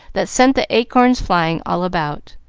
that sent the acorns flying all about.